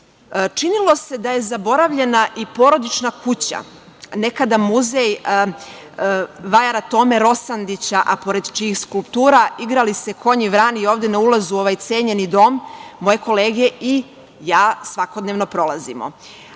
se da je zaboravljena i porodična kuća, nekada muzej vajara Tome Rosandića, a pored čijih skulptura „Igrali se konji vrani“, ovde na ulazu u ovaj cenjeni dom, moje kolege i ja svakodnevno prolazimo.